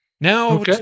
Now